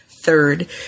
Third